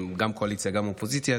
גם קואליציה וגם אופוזיציה,